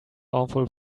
awful